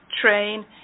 train